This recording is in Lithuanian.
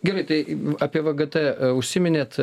gerai tai apie vgt užsiminėte